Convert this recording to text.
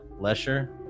Lesher